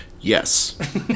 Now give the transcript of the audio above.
Yes